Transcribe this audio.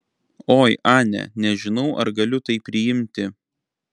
oi ane nežinau ar galiu tai priimti